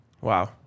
Wow